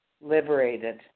liberated